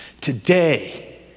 Today